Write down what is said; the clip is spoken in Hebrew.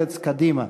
מרצ וקדימה.